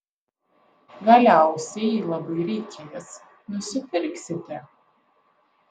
galiausiai jei labai reikės nusipirksite